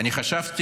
מאוד רציתי